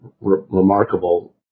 remarkable